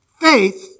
faith